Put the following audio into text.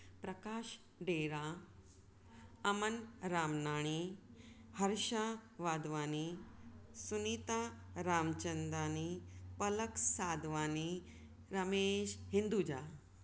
Prakash Dera Aman Ramnani Harsha Wadhwani Sunita Ramchandani Palak Sadhwani Ramesh Hinduja